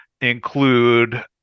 include